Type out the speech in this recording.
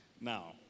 Now